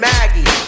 Maggie